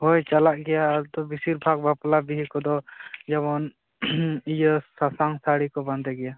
ᱦᱳᱭ ᱪᱟᱞᱟᱜ ᱜᱮᱭᱟ ᱟᱨᱛᱚ ᱵᱤᱥᱤᱨ ᱵᱷᱟᱜᱽ ᱵᱟᱯᱞᱟ ᱵᱤᱦᱟᱹ ᱠᱚᱫᱚ ᱡᱮᱢᱚᱱ ᱥᱟᱥᱟᱝ ᱥᱟᱹᱲᱤ ᱠᱚ ᱵᱟᱸᱫᱮ ᱜᱮᱭᱟ